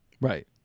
Right